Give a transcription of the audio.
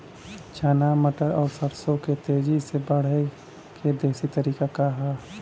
चना मटर और सरसों के तेजी से बढ़ने क देशी तरीका का ह?